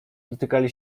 dotykali